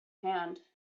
hand